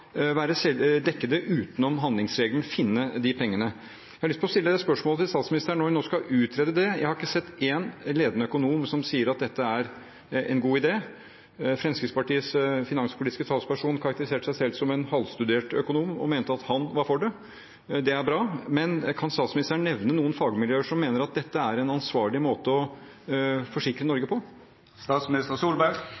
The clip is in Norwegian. utenom handlingsregelen og finne de pengene? Jeg har lyst å stille det spørsmålet til statsministeren, siden hun nå skal utrede det. Jeg har ikke sett en eneste ledende økonom som sier at dette er en god idé. Fremskrittspartiets finanspolitiske talsperson karakteriserte seg selv som en halvstudert økonom og mente at han var for det – det er bra. Men kan statsministeren nevne noen fagmiljøer som mener at dette er en ansvarlig måte å forsikre